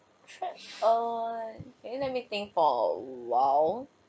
trap a one let me think for awhile